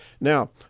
Now